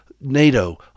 NATO